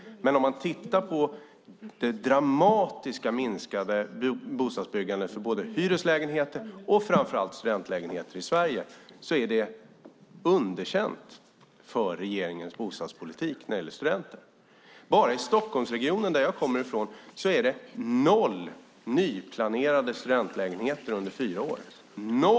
Men om man tittar på det dramatiskt minskade bostadsbyggandet av både hyreslägenheter och, framför allt, studentlägenheter i Sverige blir det underkänt för regeringens bostadspolitik när det gäller studenter. Bara i Stockholmsregionen, som jag kommer ifrån, är det noll nyplanerade studentlägenheter under fyra år.